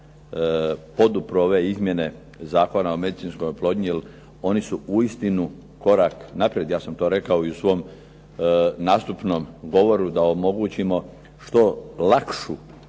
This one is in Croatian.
se podupru ove izmjene Zakona o medicinskoj oplodnji, jer oni su uistinu korak naprijed. Ja sam to rekao i u svom nastupnom govoru da omogućimo što lakšu